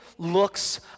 looks